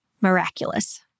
Miraculous